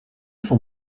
son